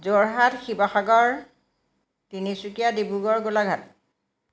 Jorhat Sivasagar Tinsukia Dibrugarh Golaghat